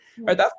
right